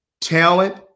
talent